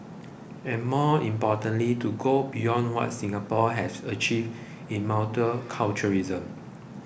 and more importantly to go beyond what Singapore has achieved in multiculturalism